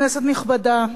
כנסת נכבדה,